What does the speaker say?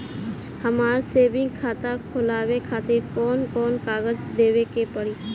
हमार सेविंग खाता खोलवावे खातिर कौन कौन कागज देवे के पड़ी?